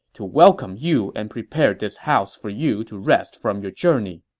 to welcome you and prepare this house for you to rest from your journey.